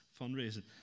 fundraising